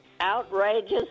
Outrageous